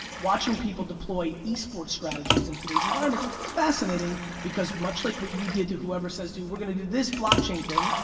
watching people deploy esports strategies in today's environments, fascinating because much like what you did to whoever says to you, we're gonna do this blockchain thing,